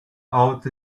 out